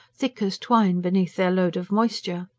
thick as twine beneath their load of moisture.